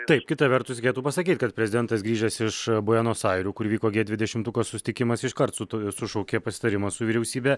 taip kita vertus reikėtų pasakyt kad prezidentas grįžęs iš buenos airių kur vyko g dvidešimtuko susitikimas iškart su sušaukė pasitarimą su vyriausybe